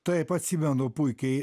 taip atsimenu puikiai